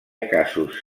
casos